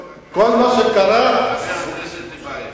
חבר הכנסת טיבייב,